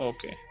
Okay